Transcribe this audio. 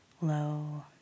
low